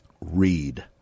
read